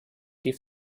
die